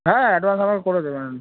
হ্যাঁ অ্যাডভান্স আমাকে করে দেবেন